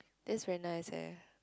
taste very nice eh